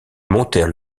montèrent